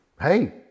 hey